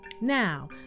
Now